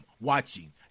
watching